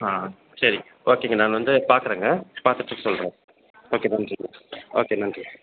ஆ சரிங்க ஓகேங்க நான் வந்து பார்க்கறேங்க பார்த்துட்டு சொல்கிறேன் ஓகே நன்றிங்க ஓகே நன்றி